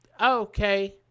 okay